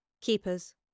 Keepers